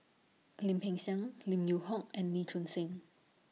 Lim Peng Siang Lim Yew Hock and Lee Choon Seng